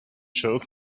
show